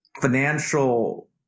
financial